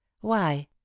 Why